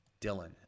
Dylan